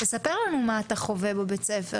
ספר לנו מה אתה חווה בבית הספר